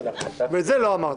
ואת זה לא אמרת.